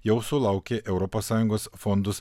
jau sulaukė europos sąjungos fondus